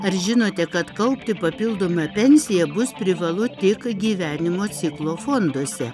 ar žinote kad kaupti papildomą pensiją bus privalu tik gyvenimo ciklo fonduose